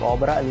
Obra